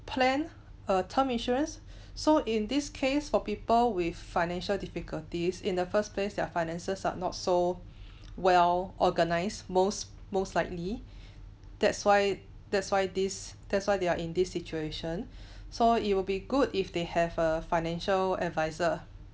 plan a term insurance so in this case for people with financial difficulties in the first place their finances are not so well organised most most likely that's why that's why this that's why they are in this situation so it will be good if they have a financial adviser